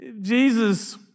Jesus